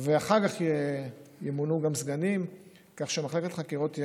אחר כך ימונו גם סגנים כך שמחלקת חקירות תהיה